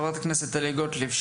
חברת הכנסת טלי גוטליב,